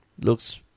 Looks